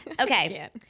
Okay